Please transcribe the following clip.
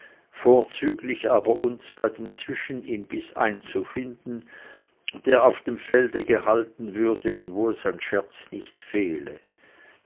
vorzüglich aber uns bei dem zwischenimbiß einzufinden der auf dem felde gehalten würde und wo es an scherz nicht fehle